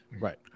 Right